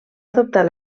adoptar